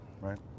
Right